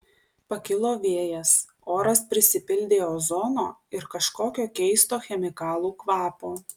pakilo vėjas oras prisipildė ozono ir kažkokio keisto chemikalų kvapo